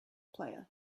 player